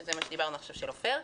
שזה מה שדיברנו עכשיו, של עופר,